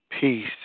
peace